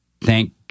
thank